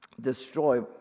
destroy